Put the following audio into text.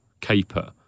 caper